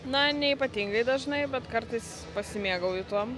na ne ypatingai dažnai bet kartais pasimėgauju tuom